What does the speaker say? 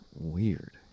Weird